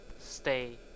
stay